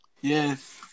Yes